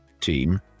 team